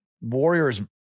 Warriors